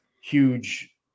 huge